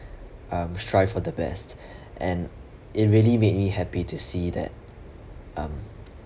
um strive for the best and it really made me happy to see that um